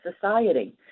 society